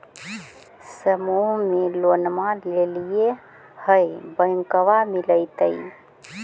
समुह मे लोनवा लेलिऐ है बैंकवा मिलतै?